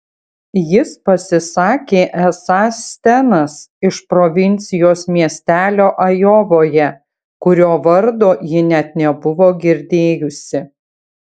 jis pasisakė esąs stenas iš provincijos miestelio ajovoje kurio vardo ji net nebuvo girdėjusi